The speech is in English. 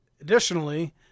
Additionally